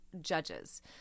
judges